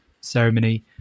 ceremony